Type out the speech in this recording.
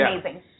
amazing